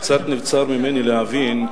קצת נבצר ממני להבין,